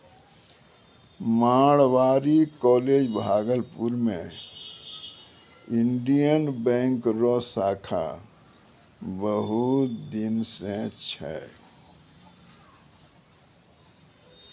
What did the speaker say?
Marwari college Bhagalpur मे Indian bank रो शाखा बहुत दिन से छै